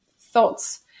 thoughts